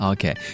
Okay